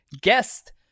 guest